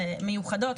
מיוחדות,